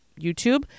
youtube